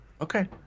okay